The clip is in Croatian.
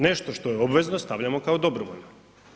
Nešto što je obvezno stavljamo kao dobrovoljno.